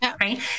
right